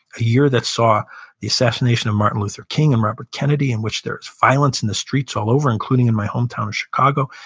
a year that saw the assassination of martin luther king and robert kennedy, in which there was violence in the streets all over, including in my hometown of chicago,